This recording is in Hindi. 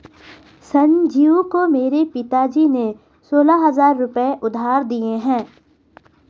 संजीव को मेरे पिताजी ने सोलह हजार रुपए उधार दिए हैं